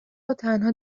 وتنها